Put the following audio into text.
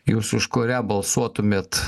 jūs už kurią balsuotumėt